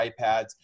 ipads